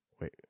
Wait